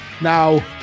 now